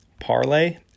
parlay